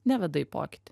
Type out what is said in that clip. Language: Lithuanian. neveda į pokytį